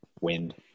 Wind